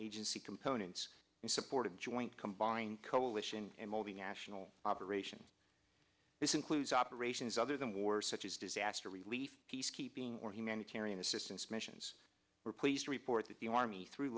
agency components in support of joint combined coalition and multinational operations this includes operations other than war such as disaster relief peacekeeping or humanitarian assistance missions we're pleased to report that the army thr